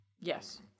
Yes